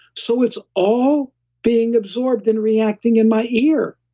so, it's all being absorbed and reacting in my ear.